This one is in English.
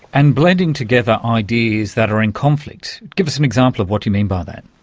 and blending together ideas that are in conflict. give us an example of what you mean by that.